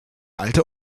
alte